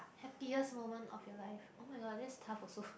happiest moment of your life oh-my-god that's tough also